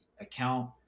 account